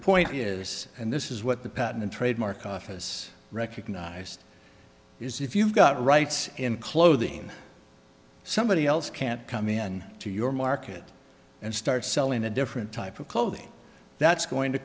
point is and this is what the patent and trademark office recognized is if you've got rights in clothing somebody else can come in to your market and start selling a different type of clothing that's going to